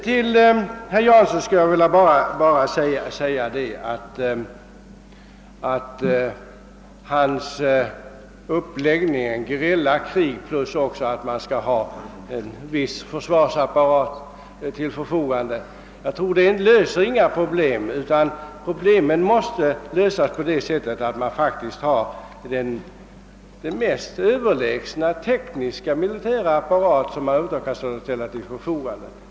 Till herr Jansson skulle jag bara vilja säga, att hans uppläggning med gerillakrig och att man skall ha en viss försvarsapparat till förfogande härför inte löser några problem. Problemen måste lösas på det sättet, att man skaffar sig den mest överlägsna tekniska militära apparat som man Över huvud taget kan ställa till förfogande.